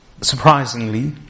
surprisingly